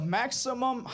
maximum